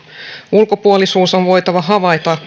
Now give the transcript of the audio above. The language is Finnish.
ulkopuolisuus on voitava havaita